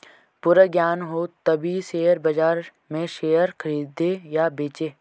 पूरा ज्ञान हो तभी शेयर बाजार में शेयर खरीदे या बेचे